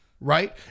right